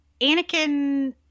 Anakin